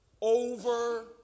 over